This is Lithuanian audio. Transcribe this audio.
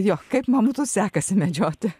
jo kaip mamutus sekasi medžioti